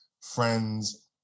friends